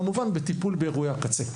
כמובן בטיפול באירועי הקצה.